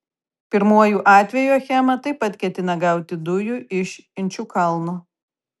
pirmuoju atveju achema taip pat ketina gauti dujų iš inčukalno